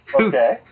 Okay